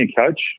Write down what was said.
coach